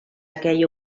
aquell